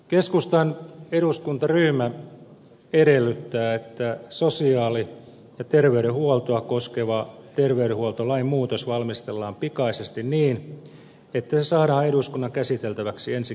keskustan eduskuntaryhmä edellyttää että sosiaali ja terveydenhuoltoa koskeva terveydenhuoltolain muutos valmistellaan pikaisesti niin että se saadaan eduskunnan käsiteltäväksi ensi kevään aikana